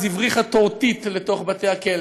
אז הבריחה טורטית לתוך בתי-הכלא,